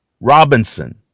Robinson